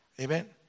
Amen